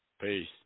Peace